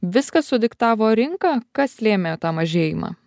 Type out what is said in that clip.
viską sudiktavo rinka kas lėmė tą mažėjimą